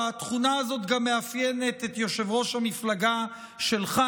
התכונה הזאת גם מאפיינת את יושב-ראש המפלגה שלך,